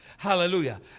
Hallelujah